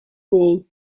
hall